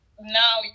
now